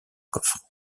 coffre